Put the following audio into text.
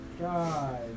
god